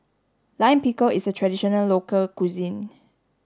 Lime Pickle is a traditional local cuisine